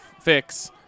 fix